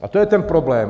A to je ten problém.